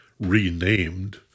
renamed